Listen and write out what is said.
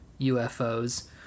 UFOs